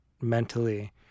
mentally